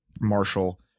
Marshall